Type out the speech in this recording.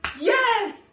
Yes